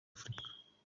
afurika